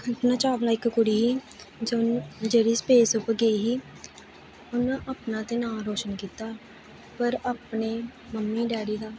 कल्पना चावला इक कुड़ी ही जिन जेह्ड़ी स्पेस उप्पर गेई ही उन्न अपना ते नांऽ रोशन कीता पर अपने मम्मी डैडी दा